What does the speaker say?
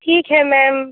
ठीक है मैम